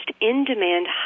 in-demand